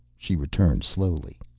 she returned slowly.